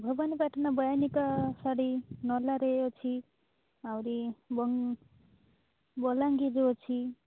ଭବାନୀପାଟଣା ବୟନିକା ଶାଢ଼ୀ ନର୍ଲାରେ ଅଛି ଆହୁରି ବଲ୍ ବଲାଙ୍ଗୀରରେ ଅଛି